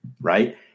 right